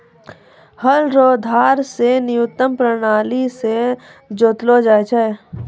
हल रो धार से न्यूतम प्राणाली से जोतलो जाय छै